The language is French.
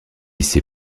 ces